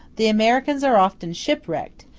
the americans are often shipwrecked,